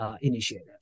initiative